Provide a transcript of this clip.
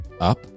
up